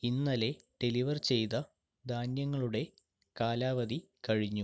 ഇന്നലെ ഡെലിവർ ചെയ്ത ധാന്യങ്ങളുടെ കാലാവധി കഴിഞ്ഞു